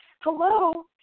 Hello